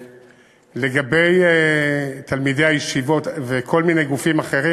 לגבי תלמידי הישיבות וכל מיני גופים אחרים,